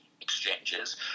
exchanges